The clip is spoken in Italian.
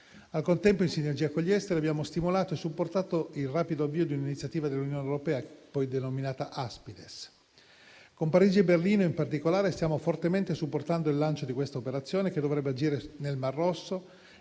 Al contempo, in sinergia con gli Esteri, abbiamo stimolato e supportato il rapido avvio di un'iniziativa dell'Unione europea, poi denominata Aspides. Con Parigi e Berlino in particolare, stiamo fortemente supportando il lancio di questa operazione che dovrebbe agire nel mar Rosso